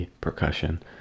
Percussion